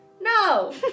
No